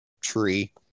tree